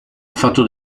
affatto